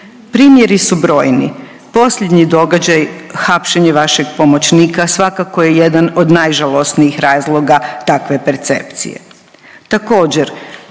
Primjeri su brojni. Posljednji događaj hapšenje vašeg pomoćnika svakako je jedan od najžalosnijih razloga takve percepcije.